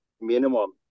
minimum